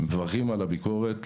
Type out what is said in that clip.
דברים על הביקורת?